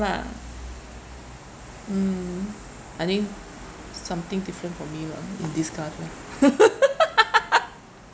lah mm I think something different for me lah in disguise lah